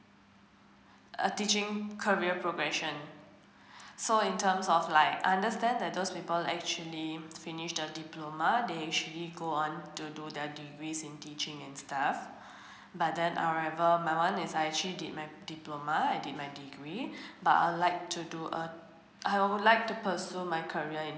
a teaching career progression so in terms of like I understand that those people actually finish the diploma they usually go on to do their degrees in teaching and stuff but then my one is I actually did my diploma I did my degree but I would like to do uh I would like to pursue my career in